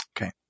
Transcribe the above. okay